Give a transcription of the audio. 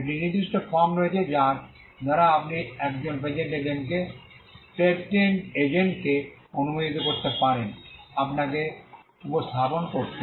একটি নির্দিষ্ট ফর্ম রয়েছে যার দ্বারা আপনি একজন পেটেন্ট এজেন্টকে অনুমোদিত করতে পারেন আপনাকে উপস্থাপন করতে